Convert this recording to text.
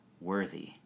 worthy